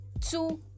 two